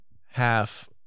half